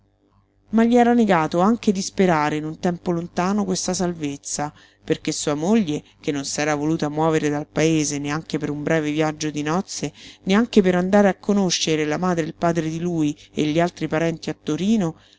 ma gli era negato anche di sperare in un tempo lontano questa salvezza perché sua moglie che non s'era voluta muovere dal paese neanche per un breve viaggio di nozze neanche per andare a conoscere la madre e il padre di lui e gli altri parenti a torino